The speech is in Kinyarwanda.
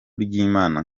ry’imana